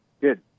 Good